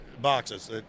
boxes